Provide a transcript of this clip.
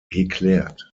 geklärt